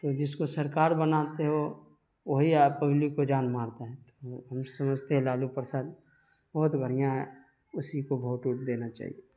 تو جس کو سرکار بناتے ہو وہی پبلک کو جان مارتا ہے تو ہم سمجھتے ہیں لالو پرساد بہت بڑھیا ہے اسی کو بھوٹ اوٹ دینا چاہیے